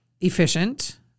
efficient